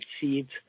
Seeds